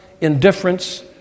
indifference